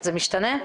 זה משתנה?